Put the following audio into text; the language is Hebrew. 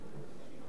כבוד השר,